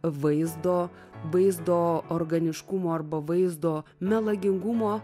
vaizdo vaizdo organiškumo arba vaizdo melagingumo